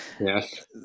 Yes